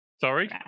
Sorry